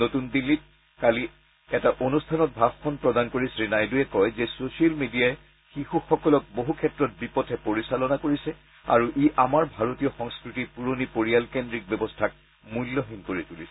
নতৃন দিল্লীত কালি এঠা অনুষ্ঠানত ভাষণ প্ৰদান কৰি শ্ৰী নাইডুৱে কয় যে ছচিয়েল মিডিয়াই শিশুসকলক বহুক্ষেত্ৰত বিপথে পৰিচালনা কৰিছে আৰু ই আমাৰ ভাৰতীয় সংস্কৃতিৰ পুৰণি পৰিয়ালকেন্দ্ৰিক ব্যৱস্থাক মূল্যহীন কৰি তুলিছে